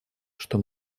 что